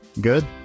Good